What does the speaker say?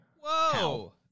Whoa